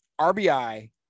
RBI